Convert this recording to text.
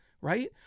right